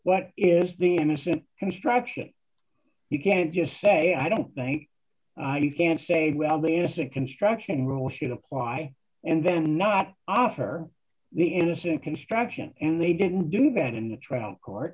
what is the innocent construction you can't just say i don't think you can say well the s a construction rule should apply and then not after the innocent construction and they didn't do that in the trial court